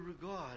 regard